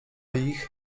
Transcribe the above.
ich